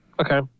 okay